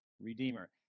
redeemer